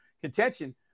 contention